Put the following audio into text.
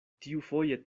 tiufoje